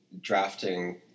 drafting